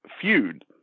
feud